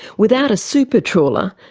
without a super trawler,